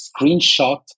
screenshot